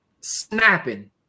snapping